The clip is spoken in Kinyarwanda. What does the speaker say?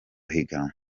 higanwa